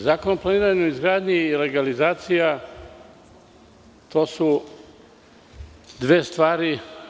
Zakon o planiranju i izgradnji i legalizacija su dve stvari.